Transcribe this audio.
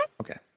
Okay